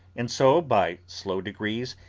and so, by slow degrees,